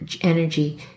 energy